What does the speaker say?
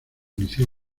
inició